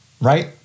right